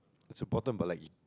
it's important but like